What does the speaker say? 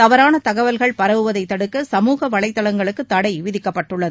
தவறான தகவல்கள் பரவுவதை தடுக்க சமூக வலைதளங்களுக்கு தடை விதிக்கப்பட்டுள்ளது